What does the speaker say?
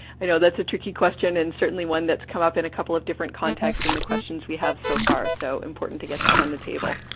i know that's a tricky question and certainly one that's come up in a couple of different contexts in the questions we have so far. so, important to get that on the table.